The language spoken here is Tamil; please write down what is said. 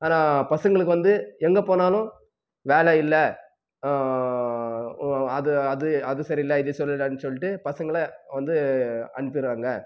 ஆனால் பசங்களுக்கு வந்து எங்கே போனாலும் வேலை இல்லை அது அது அது சரி இல்லை இது சரி இல்லைன்னு சொல்லிட்டு பசங்களை வந்து அனுப்பிடுறாங்க